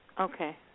okay